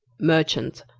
merchant,